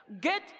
Get